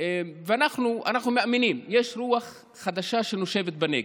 ואנחנו מאמינים שיש רוח חדשה שנושבת בנגב,